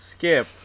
skip